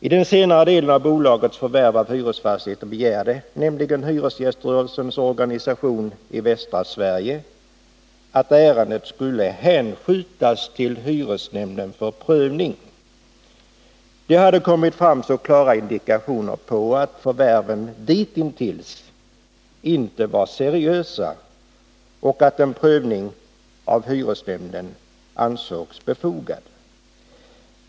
I den senare delen av bolagets förvärv av hyresfastigheter begärde nämligen hyresgäströrelsens organisation i västra Sverige att ärendet skulle hänskjutas till hyresnämnden för prövning. Det hade kommit fram så klara indikationer på att förvärven ditintills inte var seriösa att en prövning av hyresnämnden ansågs befogad.